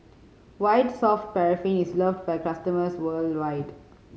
White Soft Paraffin is loved by customers worldwide